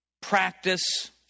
practice